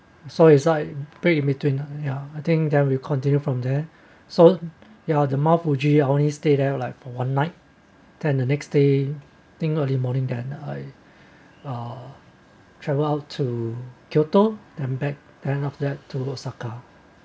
so as I break in between lah ya I think then will continue from there so ya the mount fuji I only stay there for like for one night then the next day thing early morning then I uh travel out to kyoto then back ten of that to osaka